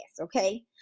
okay